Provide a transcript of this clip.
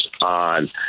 on